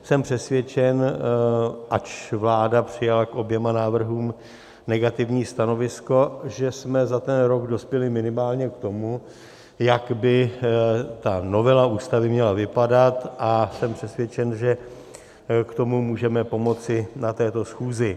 Jsem přesvědčen, ač vláda přijala k oběma návrhům negativní stanovisko, že jsme za ten rok dospěli minimálně k tomu, jak by novela Ústavy měla vypadat, a jsem přesvědčen, že k tomu můžeme pomoci na této schůzi.